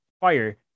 fire